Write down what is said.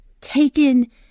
taken